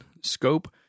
scope